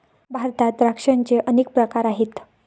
भारतात द्राक्षांचे अनेक प्रकार आहेत